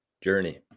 journey